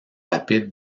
rapide